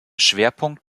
schwerpunkt